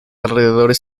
alrededores